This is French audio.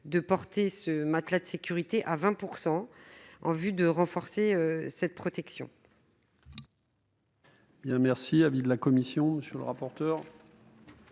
de porter ce « matelas de sécurité » à 20 %, en vue de renforcer cette protection.